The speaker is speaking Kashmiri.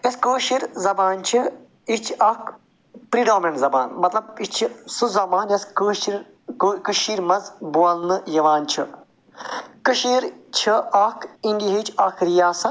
یۄس کٲشِر زبان چھےٚ یہِ چھِ اَکھ زبان مطلب یہِ چھِ سُہ یۄس کٲشِر کٔشیٖرِ منٛز بولنہٕ یوان چھِ کٔشیٖر چھِ اَکھ اِنٛڈِیاہٕچ اَکھ رِیاسَت